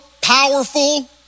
powerful